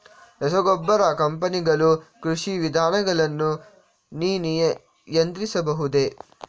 ರಸಗೊಬ್ಬರ ಕಂಪನಿಗಳು ಕೃಷಿ ವಿಧಾನಗಳನ್ನು ನಿಯಂತ್ರಿಸಬಹುದೇ?